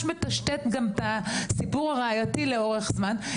מטשטש גם את הסיפור הראייתי לאורך זמן,